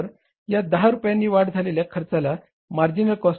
तर या 10 रुपयाने वाढ झालेल्या खर्चाला मार्जिनल कॉस्ट म्हणतात